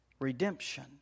redemption